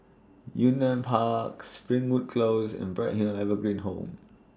Yunnan Park Springwood Close and Bright Hill Evergreen Home